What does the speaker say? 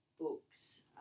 books